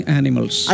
animals